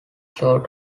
sort